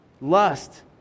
lust